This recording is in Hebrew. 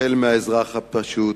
החל באזרח הפשוט,